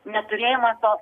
neturėjimą to